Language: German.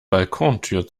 balkontür